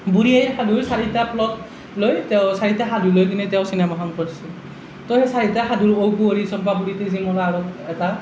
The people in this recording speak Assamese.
বুঢ়ীআইৰ সাধুৰ চাৰিটা প্লট লৈ তেওঁ চাৰিটা সাধু লৈ পিনে তেওঁ চিনেমাখন কৰছিল তো সেই চাৰিটা সাধু ঔ কুঁৱৰী চম্পাৱতী তেজীমলা আৰু এটা